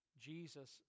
Jesus